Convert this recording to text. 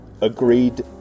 agreed